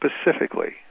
specifically